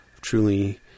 truly